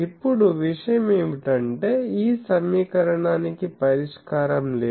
ఇప్పుడు విషయం ఏమిటంటే ఈ సమీకరణానికి పరిష్కారం లేదు